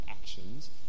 actions